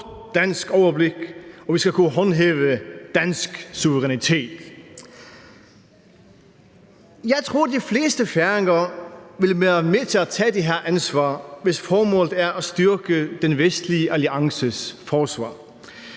dansk overblik, og vi skal kunne håndhæve dansk suverænitet. Jeg tror, at de fleste færinger vil være med til at tage det her ansvar, hvis formålet er at styrke den vestlige alliances forsvar.